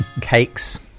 cakes